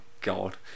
God